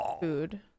food